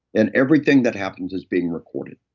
and everything that happens is being recorded.